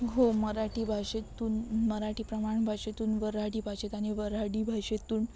हो मराठी भाषेतून मराठी प्रमाणभाषेतून वऱ्हाडी भाषेत आणि वऱ्हाडी भाषेतून